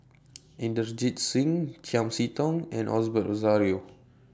Inderjit Singh Chiam See Tong and Osbert Rozario